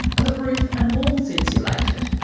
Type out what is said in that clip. are the roof and walls insulated?